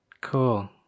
Cool